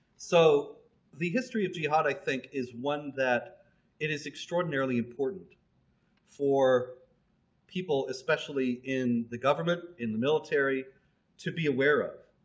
so the history of jihad i think is one that it is extraordinarily important for people especially in the government in the military to be aware of.